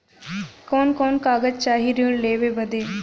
कवन कवन कागज चाही ऋण लेवे बदे?